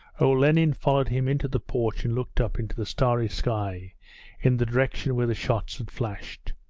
olenin followed him into the porch and looked up into the starry sky in the direction where the shots had flashed.